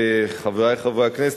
חברי חברי הכנסת,